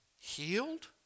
healed